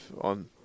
on